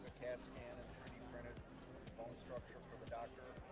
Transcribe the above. cat scan and printed bone structure for the doctor.